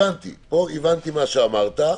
הבנתי מה שאמרת פה.